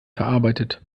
verarbeitet